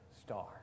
star